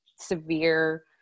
severe